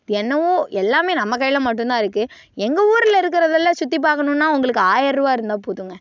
என்னவோ எல்லாமே நம்ம கையில் மட்டும்தான் இருக்கு எங்கள் ஊரில் இருக்கிறதுல சுற்றிப்பாக்கணுன்னா உங்களுக்கு ஆயிர்ரூவா இருந்தால் போதுங்க